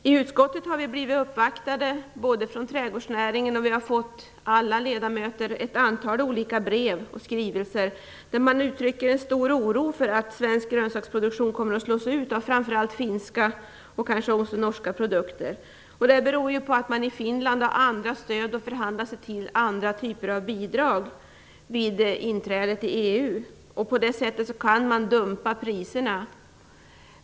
I utskottet har vi bl.a. blivit uppvaktade från trädgårdsnäringen. Alla ledamöter har fått ett antal olika brev och skrivelser där man uttrycker en stor oro för att svensk grönsaksproduktion kommer att slås ut av framför allt finska och kanske även norska produkter. Det beror på att man i Finland har andra stöd och andra typer av bidrag att förhandla sig till vid inträdet i EU. Därigenom kan man dumpa priserna.